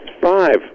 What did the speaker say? five